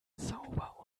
sauber